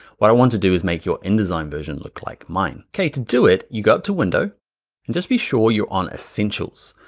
what i want to do is make your indesign version look like mine. okay, to do it, you got to window and just be sure you're on essentials,